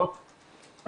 צהריים טובים,